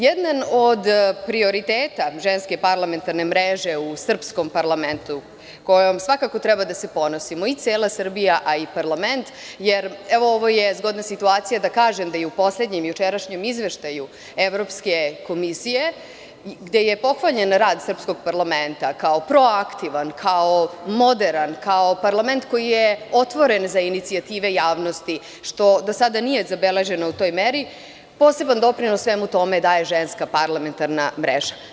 Jedan od prioriteta Ženske parlamentarne mreže u srpskom parlamentu, kojom svakako treba da se ponosimo, cela Srbija a i parlament, jer, evo, ovo je zgodna situacija da kažem da i u poslednjem, jučerašnjem izveštaju Evropske komisije, gde je pohvaljen rad srpskog parlamenta kao proaktivan, kao moderan, kao parlament koji je otvoren za inicijative javnosti, što do sada nije zabeleženo u toj meri, poseban doprinos svemu tome daje Ženska parlamentarna mreža.